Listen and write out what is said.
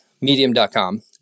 medium.com